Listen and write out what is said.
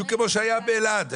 בדיוק כמו שהיה באלעד.